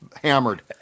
Hammered